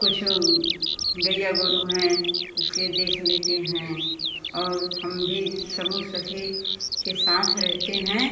कुछ गइया गोरू हैं जिसके देख लेते हैं और हम भी समूह सखी के साथ रहते हैं